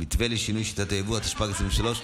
התשפ"ג 2023,